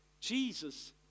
Jesus